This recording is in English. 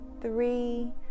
three